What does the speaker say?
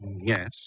yes